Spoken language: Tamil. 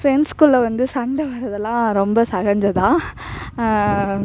ஃப்ரெண்ட்ஸுக்குள்ள வந்து சண்டை வர்றதெல்லாம் ரொம்ப சகஜம்தான்